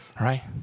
right